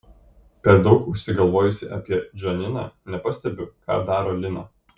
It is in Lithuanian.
per daug užsigalvojusi apie džaniną nepastebiu ką daro lina